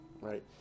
Right